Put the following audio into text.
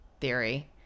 theory